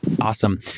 Awesome